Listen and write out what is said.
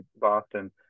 Boston